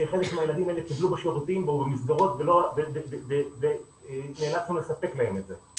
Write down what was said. שחלק מהילדים האלה קיבלו בשירותים או במסגרות ונאלצנו לספק להם את זה.